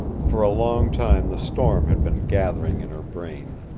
for a long time the storm had been gathering in her brain,